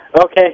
Okay